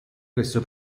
questo